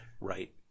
right